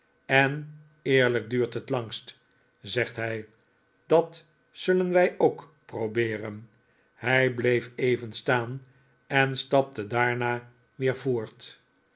en eerlijk duurt het langst zegt hij dat zullen wij ook probeeren hij bleef even staan en stapte daarna weer voort